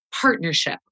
partnership